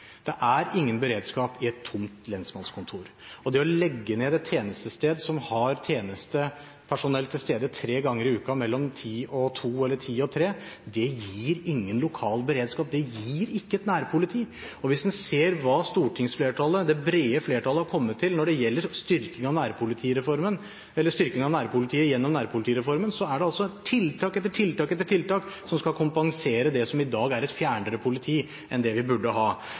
det. Det er ingen beredskap i et tomt lensmannskontor. Det å legge ned et tjenestested som har tjenestepersonell til stede tre ganger i uken, mellom kl. 10 og kl. 14 eller kl. 10 og kl. 15, gir ingen lokal beredskap, det gir ikke et nærpoliti. Og hvis en ser hva stortingsflertallet, det brede flertallet, har kommet til når det gjelder styrking av nærpolitiet gjennom nærpolitireformen, er det altså tiltak etter tiltak etter tiltak som skal kompensere for det som i dag er et fjernere politi enn det vi burde ha.